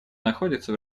находится